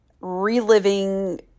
reliving